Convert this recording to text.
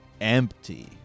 empty